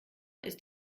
ist